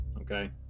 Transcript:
Okay